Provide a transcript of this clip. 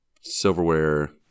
silverware